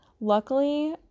Luckily